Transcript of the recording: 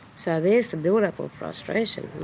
so there's the build-up of frustration,